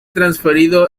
transferido